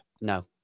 No